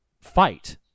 fight